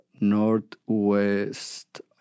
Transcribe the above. Northwest